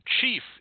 chief